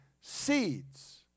seeds